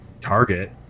Target